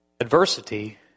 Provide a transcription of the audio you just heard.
adversity